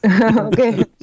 Okay